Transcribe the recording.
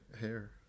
hair